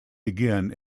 begin